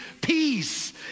peace